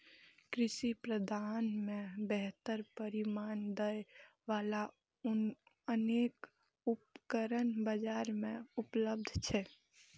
कृषि उत्पादन मे बेहतर परिणाम दै बला अनेक उपकरण बाजार मे उपलब्ध छै